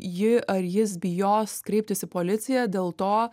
ji ar jis bijos kreiptis į policiją dėl to